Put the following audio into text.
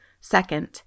Second